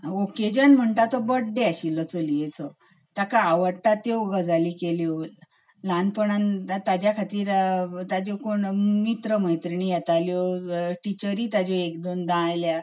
occasion म्हणटा तो birthday आशिल्लो चलयेचो ताका आवडटा त्यो गजाली केल्यो ल्हानपणांत ताज्या खातीर ताज्यो कोण मित्र मैत्रिणी येताल्यो टिचरी ताज्यो एक दोनदां आयल्या